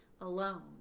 alone